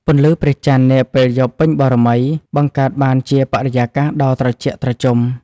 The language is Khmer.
ពន្លឺព្រះច័ន្ទនាពេលយប់ពេញបូណ៌មី បង្កើតបានជាបរិយាកាសដ៏ត្រជាក់ត្រជុំ។